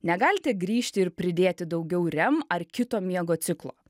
negalite grįžti ir pridėti daugiau rem ar kito miego ciklo